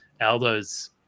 aldo's